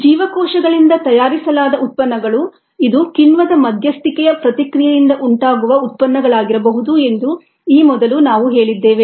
ಜೀವಕೋಶಗಳಿಂದ ತಯಾರಿಸಲಾದ ಉತ್ಪನ್ನಗಳು ಇದು ಕಿಣ್ವದ ಮಧ್ಯಸ್ಥಿಕೆಯ ಪ್ರತಿಕ್ರಿಯೆಯಿಂದ ಉಂಟಾಗುವ ಉತ್ಪನ್ನಗಳಾಗಿರಬಹುದು ಎಂದು ಈ ಮೊದಲು ನಾವು ಹೇಳಿದ್ದೇವೆ